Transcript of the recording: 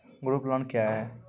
Group loan क्या है?